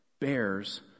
bears